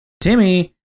Timmy